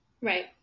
right